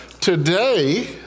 today